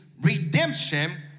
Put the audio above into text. redemption